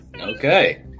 Okay